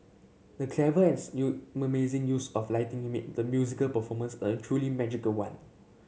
the clever and use of lighting made the musical performance a truly magical one